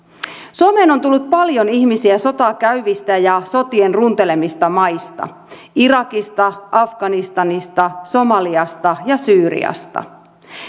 suomeen on tullut paljon ihmisiä sotaa käyvistä ja sotien runtelemista maista irakista afganistanista somaliasta ja syyriasta